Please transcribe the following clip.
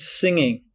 singing